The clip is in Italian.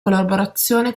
collaborazione